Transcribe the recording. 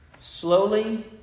Slowly